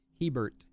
Hebert